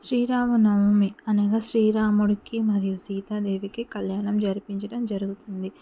శ్రీరామనవమి అనగా శ్రీరాముడికి మరియు సీతాదేవికి కళ్యాణం జరిపించడం జరుగుతుంది